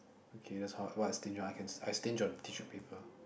okay that's how what I stinge I stinge on tissue paper